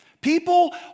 People